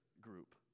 group